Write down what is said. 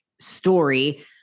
story